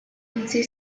utzi